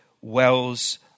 wells